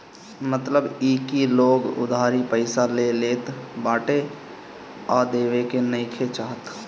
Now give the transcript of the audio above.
मतलब इ की लोग उधारी पईसा ले लेत बाटे आ देवे के नइखे चाहत